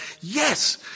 Yes